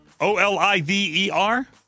O-L-I-V-E-R